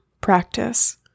practice